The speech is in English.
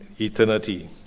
eternity